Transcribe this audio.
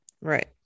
Right